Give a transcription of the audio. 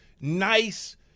nice